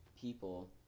people